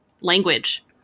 language